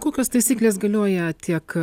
kokios taisyklės galioja tiek